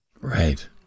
Right